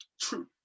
true